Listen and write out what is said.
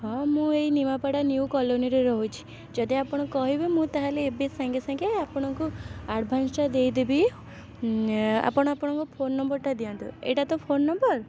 ହଁ ମୁଁ ଏଇ ନିମାପଡ଼ା ନିୟୁ କଲୋନୀରେ ରହୁଛି ଯଦି ଆପଣ କହିବେ ମୁଁ ତାହେଲେ ଏବେ ସାଙ୍ଗେସାଙ୍ଗେ ଆପଣଙ୍କୁ ଆଡ଼ଭାନ୍ସଟା ଦେଇଦେବି ଏ ଆପଣ ଆପଣଙ୍କ ଫୋନ୍ ନମ୍ବରଟା ଦିଅନ୍ତୁ ଏଇଟା ତ ଫୋନ୍ ନମ୍ବର୍